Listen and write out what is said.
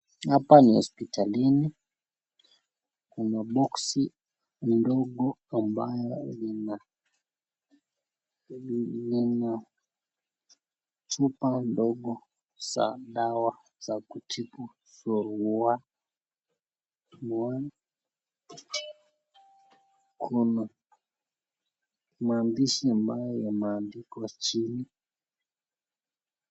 Hapa ni hospitalini. Kuna boksi ndogo ambayo lina lina chupa ndogo za dawa za kutibu surua mumps kuna maandishi ambayo yameandikwa chini.